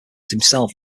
himself